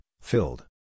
filled